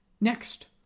next